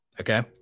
Okay